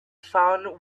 found